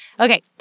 Okay